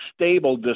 stable